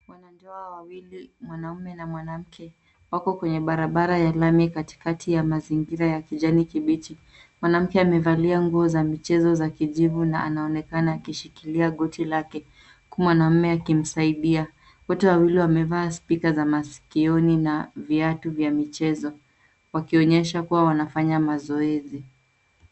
Wanandoa wawili, mwanaume na mwanamke, wako kwenye barabara ya lami katikati ya mazingira ya kijani kibichi. Mwanamke amevalia nguo za michezo za kijivu na anaonekana akishikilia goti lake, huku mwanaume akimsaidia. Wote wawili wamevaa spika za masikioni na viatu vya michezo, wakionyesha kuwa wanafanya mazoezi.